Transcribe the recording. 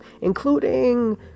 including